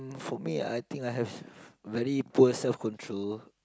for me I think I have very poor self control